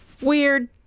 weird